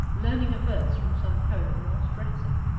learning a verse from some poem whilst dressing.